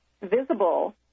visible